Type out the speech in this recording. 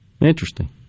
Interesting